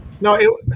No